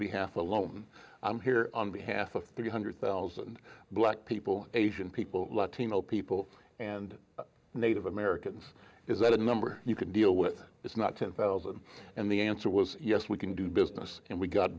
behalf alone i'm here on behalf of three hundred thousand black people asian people latino people and native americans is that a number you can deal with it's not ten thousand and the answer was yes we can do business and we got